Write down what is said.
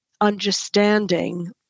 understanding